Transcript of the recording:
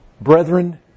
Brethren